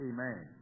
Amen